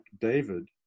David